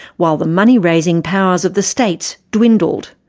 while the money-raising powers of the states dwindled.